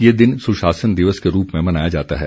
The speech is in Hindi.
यह दिन सुशासन दिवस के रूप में मनाया जाता है